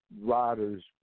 riders